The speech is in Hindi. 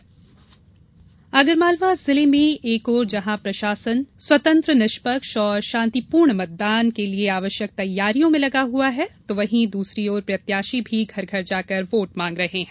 आगरमालवा जनसंपर्क आगरमालवा जिले में एक ओर जहां प्रशासन स्वतंत्र निष्पक्ष और शान्तिपूर्ण मतदान के लिये आवश्यक तैयारियों में लगा हुआ है वहीं दूसरी ओर प्रत्याशी भी घर घर जाकर वोट मांग रहे हैं